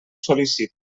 sol·liciti